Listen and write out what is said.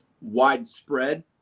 widespread